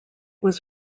was